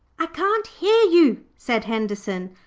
i can't hear you said henderson.